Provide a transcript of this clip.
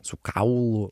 su kaulu